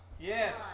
Yes